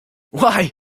why